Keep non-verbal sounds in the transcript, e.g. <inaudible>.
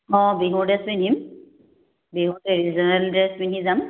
অঁ বিহুৰ ড্ৰেছ পিন্ধিম বিহুৰ <unintelligible> ৰিজ'নেল ড্ৰেছ পিন্ধি যাম